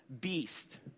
beast